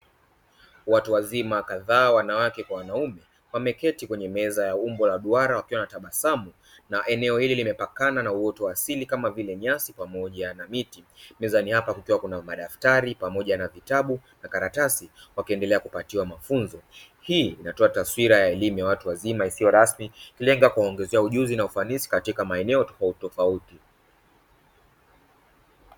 Watu wazima kadhaa wanawake kwa wanaume wameketi kwenye meza ya umbo la duara wakiwa wanatabasamu na eneo hili limepakana na uoto wa asili kama vile nyasi pamoja na miti, mezani hapa kukiwa kuna madaftari pamoja na vitabu na karatasi wakiendelea kupatiwa mafunzo. Hii inatoa taswira ya elimu ya watu wazima isiyo rasmi ikilenga kuwaongezea ujuzi na ufanisi katika maeneo tofautitofauti.